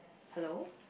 hello